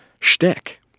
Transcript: shtick